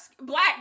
black